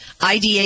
IDA